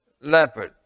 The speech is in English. leopard